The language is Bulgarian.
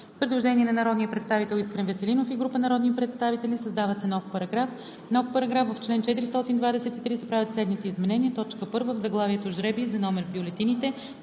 Предложение на народния представител Искрен Веселинов и група народни представители: „Създава се нов §...:„§... В чл. 423 се правят следните изменения: 1. В заглавието „Жребий за номер в бюлетините“